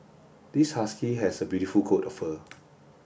this husky has a beautiful coat of fur